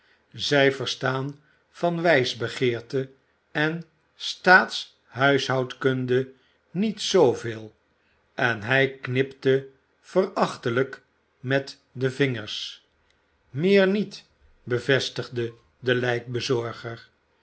zij verstaan van wijsbegeerte en staathuishoudkunde niet zooveel en hij knipte verachtelijk met de vingers meer niet bevestigde de